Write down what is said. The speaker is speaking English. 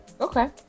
Okay